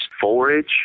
forage